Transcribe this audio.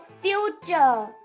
future